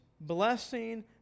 blessing